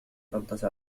ربطة